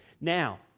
Now